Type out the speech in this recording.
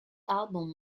album